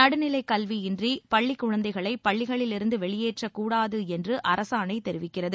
நடுநிலை கல்வியின்றி பள்ளிக் குழந்தைகளை பள்ளிகளிலிருந்து வெளியேற்றக்கூடாது என்று அரசாணை தெரிவிக்கிறது